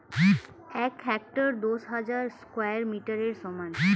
এক হেক্টার দশ হাজার স্কয়ার মিটারের সমান